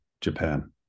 Japan